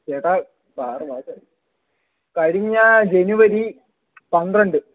ചേട്ടാ ഇപ്പോൾ ആറ് മാസമായി കഴിഞ്ഞ ജനുവരി പന്ത്രണ്ട്